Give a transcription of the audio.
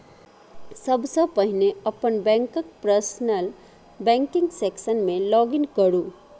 सबसं पहिने अपन बैंकक पर्सनल बैंकिंग सेक्शन मे लॉग इन करू